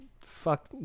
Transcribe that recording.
fuck